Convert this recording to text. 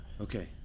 Okay